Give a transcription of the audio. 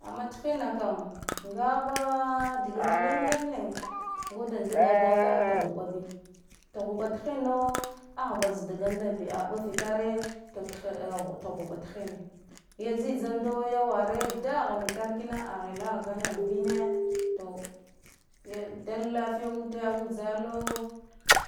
Amma thinna kam ngaba digid lengleng ngada dgada tuhuɓa bi, tuhuɓa thinno ahba zdavanda bi an ɓafitare atha a tubuɓa thinna ya tsitsando ya wane da hanitare kino aina danah vine da lafiya ude utsalo